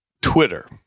Twitter